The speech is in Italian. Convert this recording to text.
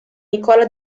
nicola